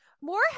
more